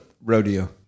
rodeo